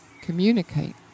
communicate